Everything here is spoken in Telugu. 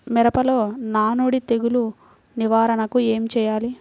మిరపలో నానుడి తెగులు నివారణకు ఏమి చేయాలి?